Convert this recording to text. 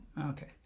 Okay